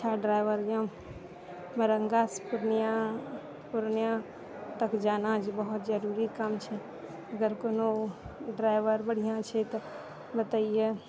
अच्छा ड्राइवर अइ वरङ्गासँ पूर्णिया तक जाना छै बहुत जरूरी काम छै अगर कोनो ड्राइवर बढ़िआँ छै तऽ बतैहिअ